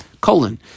colon